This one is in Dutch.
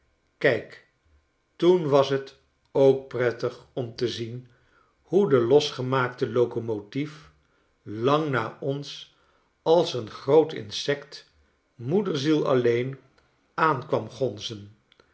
kijk toen was t ook prettig om te zien hoe de losgemaakte locomotief lang na ons als een groot insect moederziel alleen aan kwam gonzen